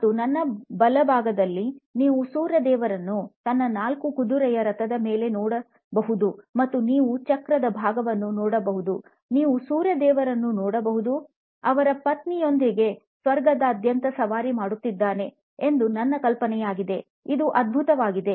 ಮತ್ತು ನನ್ನ ಬಲಭಾಗದಲ್ಲಿ ನೀವು ಸೂರ್ಯ ದೇವರನ್ನು ತನ್ನ 4 ಕುದುರೆಯ ರಥದ ಮೇಲೆ ನೋಡಬಹುದು ಮತ್ತು ನೀವು ಚಕ್ರದ ಭಾಗವನ್ನು ನೋಡಬಹುದು ನೀವು ಸೂರ್ಯ ದೇವರನ್ನು ನೋಡಬಹುದು ಅವರ ಪತ್ನಿಯರೊಂದಿಗೆ ಸ್ವರ್ಗದಾದ್ಯಂತ ಸವಾರಿ ಮಾಡುತ್ತಿದ್ದಾನೆ ಎಂದು ನನ್ನ ಕಲ್ಪನೆಯಾಗಿದೆ ಇದು ಅದ್ಭುತವಾಗಿದೆ